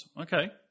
Okay